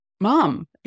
Mom